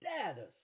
status